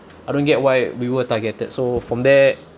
I don't get why we were targeted so from there